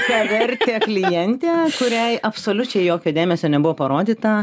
menkavertė klientė kuriai absoliučiai jokio dėmesio nebuvo parodyta